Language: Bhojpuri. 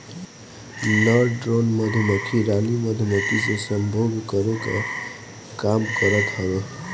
नर ड्रोन मधुमक्खी रानी मधुमक्खी से सम्भोग करे कअ काम करत हवे